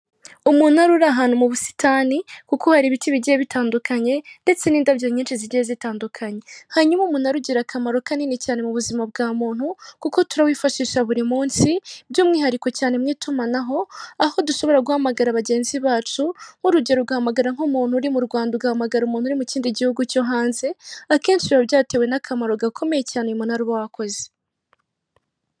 Umunara uri ahantu mu busitani kuko hari ibiti bigiye bitandukanye ndetse n'indabyo nyinshi zigiye zitandukanye, hanyuma umunara ugira akamaro kanini cyane mu buzima bwa muntu kuko turawifashisha buri munsi by'umwihariko cyane mu itumanaho, aho dushobora guhamagara bagenzi bacu nk'urugero uhamagara nk'umuntu uri mu Rwanda, ugahamagara umuntu uri mu kindi gihugu cyo hanze akenshi biba byatewe n'akamaro gakomeye cyane uyu munara uba wakoze.